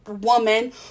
woman